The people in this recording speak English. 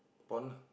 pon lah